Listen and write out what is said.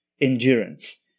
endurance